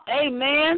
amen